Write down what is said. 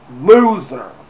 Loser